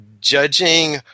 judging –